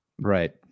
right